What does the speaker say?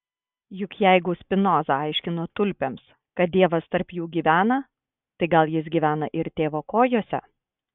juk jeigu spinoza aiškino tulpėms kad dievas tarp jų gyvena tai gal jis gyvena ir tėvo kojose